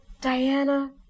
Diana